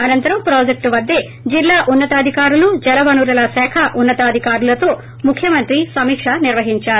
అనంతరం ప్రాజెక్ట్ వద్దే జిల్లా ఉన్న తాధికారులు జలవనరుల శాఖ ఉన్న తాధికారులతో ముఖ్యమంత్రి సమీక్ష నిర్వహించారు